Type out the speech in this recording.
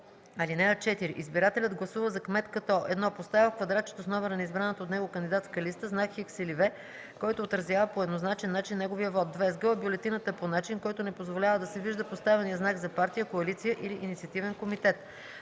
(4) Избирателят гласува за кмет, като: 1. поставя в квадратчето с номера на избраната от него кандидатска листа знак „Х” или „V“, който изразява по еднозначен начин неговия вот; 2. сгъва бюлетината по начин, който не позволява да се вижда поставеният знак за партия, коалиция или инициативен комитет;